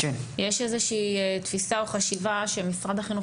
יש איזושהי תפיסה או חשיבה שמשרד החינוך